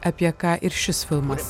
apie ką ir šis filmas